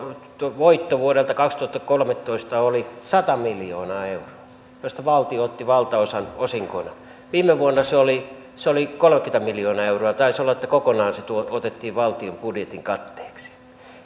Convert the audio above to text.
voitto vuodelta kaksituhattakolmetoista oli sata miljoonaa euroa josta valtio otti valtaosan osinkoina viime vuonna se oli se oli kolmekymmentä miljoonaa euroa ja taisi olla että se otettiin kokonaan valtion budjetin katteeksi